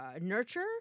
nurture